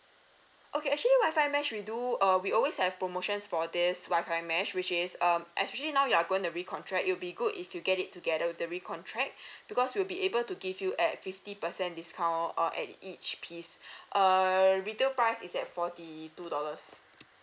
okay actually WI-FI mesh we do uh we always have promotions for this WI-FI mesh which is um actually now you are going to recontract it'll be good if you get it together with the recontract because we'll be able to give you at fifty percent discount uh at each piece err retail price is that forty two dollars